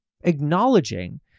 acknowledging